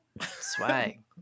swag